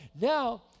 Now